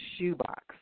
shoebox